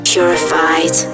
Purified